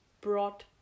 brought